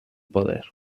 poder